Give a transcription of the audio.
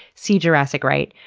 see jurassic right,